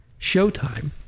showtime